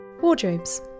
Wardrobes